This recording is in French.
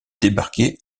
débarquer